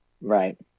Right